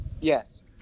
yes